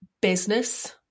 business